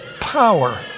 power